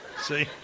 See